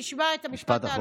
תשמע את המשפט האלמותי.